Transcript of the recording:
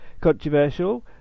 controversial